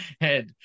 head